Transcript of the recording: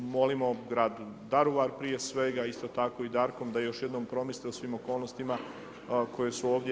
Molimo grad Daruvar, prije svega isto tako i Darkcom, da još jednom promisle o svim okolnostima koje su ovdje.